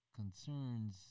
concerns